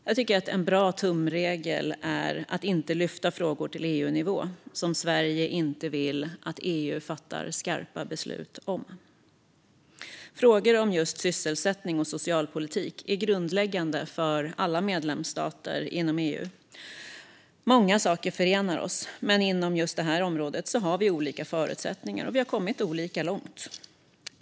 Jag tycker att det är en bra tumregel att inte lyfta frågor till EU-nivå som Sverige inte vill att EU fattar skarpa beslut om. Frågor om sysselsättning och socialpolitik är grundläggande för alla medlemsstater inom EU. Många saker förenar oss, men inom det här området har vi olika förutsättningar. Vi har också kommit olika långt.